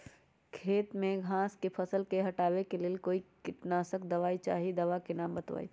खेत में घास के फसल से हटावे के लेल कौन किटनाशक दवाई चाहि दवा का नाम बताआई?